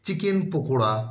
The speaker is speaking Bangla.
চিকেন পকোড়া